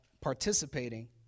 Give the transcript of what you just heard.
participating